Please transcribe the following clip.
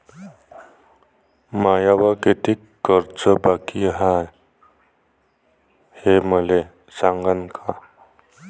मायावर कितीक कर्ज बाकी हाय, हे मले सांगान का?